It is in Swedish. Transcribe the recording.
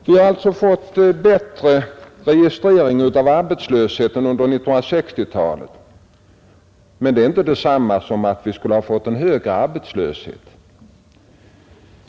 Vi har alltså fått bättre registrering av arbetslösheten under 1960-talet, men det är inte detsamma som att vi har fått högre arbetslöshet.